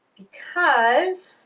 because